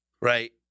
right